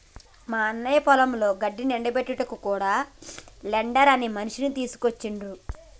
మా అన్న పొలంలో గడ్డిని ఎండపెట్టేందుకు కూడా టెడ్డర్ అనే మిషిని తీసుకొచ్చిండ్రు